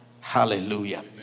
Hallelujah